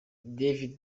david